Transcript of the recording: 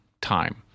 time